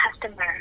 customer